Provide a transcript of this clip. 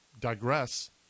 digress